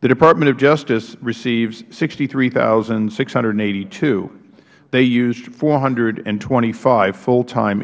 the department of justice received sixty three thousand six hundred and eighty two they used four hundred and twenty five full time